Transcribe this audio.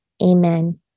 Amen